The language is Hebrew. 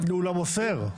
הוא למוסר.